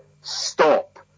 stop